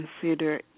consider